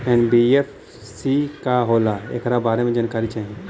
NBFC का होला ऐकरा बारे मे जानकारी चाही?